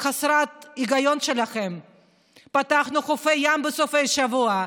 חסרות היגיון: פתחנו את חופי הים בסופי השבוע,